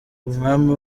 umwami